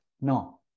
No